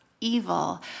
evil